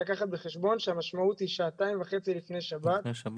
רק לקחת בחשבון שהמשמעות היא שעתיים וחצי לפני שבת,